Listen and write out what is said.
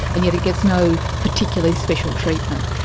and yet it gets no particularly special treatment.